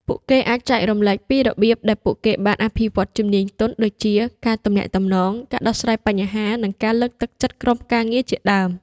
ពួកគេអាចចែករំលែកពីរបៀបដែលពួកគេបានអភិវឌ្ឍជំនាញទន់ ដូចជាការទំនាក់ទំនង ការដោះស្រាយបញ្ហា និងការលើកទឹកចិត្តក្រុមការងារជាដើម។